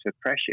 pressure